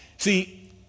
See